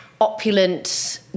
opulent